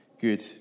good